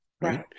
Right